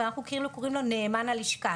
אבל אנחנו כאילו קוראים לו "נאמן הלשכה".